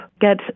get